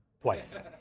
twice